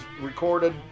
recorded